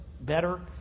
better